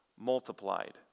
multiplied